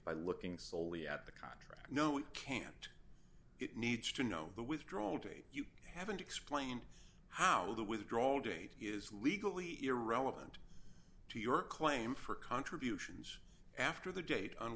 by looking solely at the contract no it can't it needs to know the withdrawal date you haven't explained how the withdrawal date is legally irrelevant to your claim for contributions after the date on